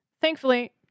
Thankfully